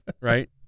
Right